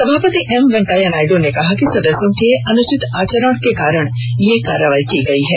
सभापति एम वेंकैया नायडू ने कहा कि सदस्यों के अनुचित आचरण के कारण ये कार्रवाई की गई है